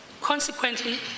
Consequently